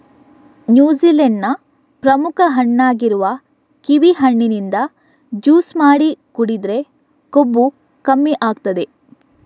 New Zealand ನ ಪ್ರಮುಖ ಹಣ್ಣಾಗಿರುವ ಕಿವಿ ಹಣ್ಣಿನಿಂದ ಜ್ಯೂಸು ಮಾಡಿ ಕುಡಿದ್ರೆ ಕೊಬ್ಬು ಕಮ್ಮಿ ಆಗ್ತದೆ